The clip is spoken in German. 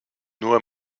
nur